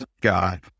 God